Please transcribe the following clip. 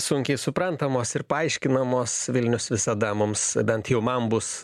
sunkiai suprantamos ir paaiškinamos vilnius visada mums bent jau man bus